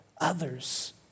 others